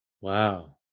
Wow